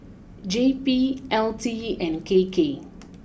J P L T E and K K